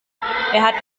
hat